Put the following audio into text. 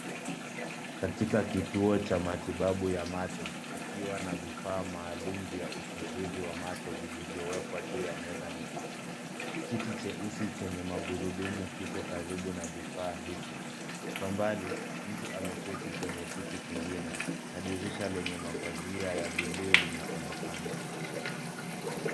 Katika kituo cha matibabu ya macho kikiwa na vifaa maalum vya uchunguzi wa macho vilivyowekwa juu ya meza nyeupe. Kiti cheusi chenye magurudumu kipo karibu na vifaa hivyo. Kwa mbali, mtu ameketi kwenye kiti kingine na dirisha lenye mapazia ya buluu linaonekana.